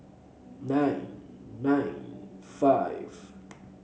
nine nine five